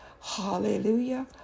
Hallelujah